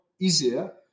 easier